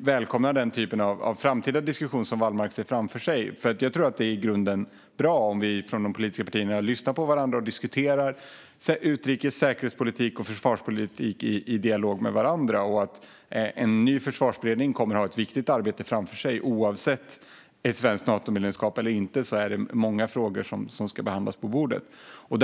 välkomnar den typ av framtida diskussioner som Wallmark ser framför sig. Jag tror att det är bra om vi från de politiska partierna lyssnar på varandra och diskuterar utrikespolitik, säkerhetspolitik och försvarspolitik i dialog med varandra. En ny försvarsberedning kommer att ha ett viktigt arbete framför sig. Oavsett om det blir ett svenskt Natomedlemskap eller inte är det många frågor som ska behandlas på dess bord.